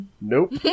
nope